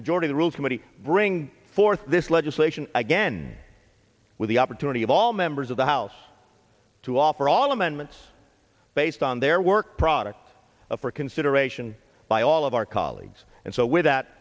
majority rules committee bring forth this legislation again with the opportunity of all members of the house to offer all amendments based on their work product for consideration by all of our colleagues and so with that